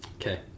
okay